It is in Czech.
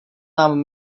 nám